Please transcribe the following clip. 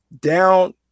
down